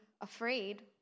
afraid